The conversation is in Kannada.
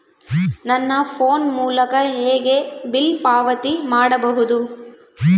ನನ್ನ ಫೋನ್ ಮೂಲಕ ಹೇಗೆ ಬಿಲ್ ಪಾವತಿ ಮಾಡಬಹುದು?